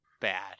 bad